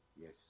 Yes